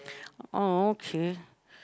orh okay